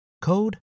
code